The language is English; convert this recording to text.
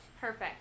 Perfect